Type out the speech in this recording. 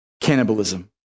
cannibalism